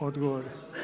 Odgovor.